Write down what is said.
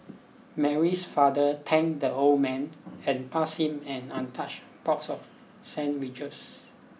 Mary's father thanked the old man and passed him an untouched box of sandwiches